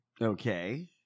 Okay